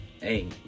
hey